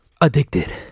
Addicted